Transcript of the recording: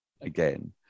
again